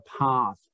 path